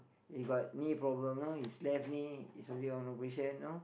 he got knee problem know his left knee is already on operation know